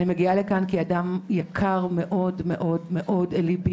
אני מגיעה לכאן כי אדם יקר מאוד-מאוד לליבי